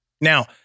Now